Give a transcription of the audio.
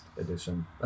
edition